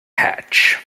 hatch